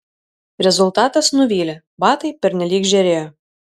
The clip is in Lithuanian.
rezultatas nuvylė batai pernelyg žėrėjo